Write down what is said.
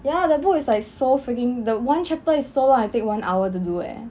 ya the book is like so frigging the one chapter is so long I take one hour to do eh